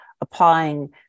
applying